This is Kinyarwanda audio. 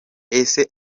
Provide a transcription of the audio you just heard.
ese